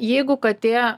jeigu katė